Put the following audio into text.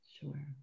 Sure